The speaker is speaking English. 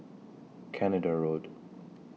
Canada Road